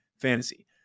Fantasy